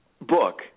book